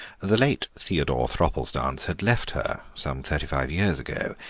the late theodore thropplestance had left her, some thirty-five years ago,